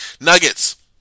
Nuggets